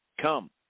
Come